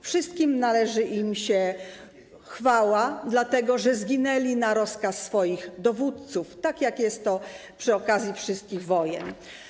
Wszystkim im należy się chwała, dlatego że zginęli na rozkaz swoich dowódców, tak jak jest przy okazji wszystkich wojen.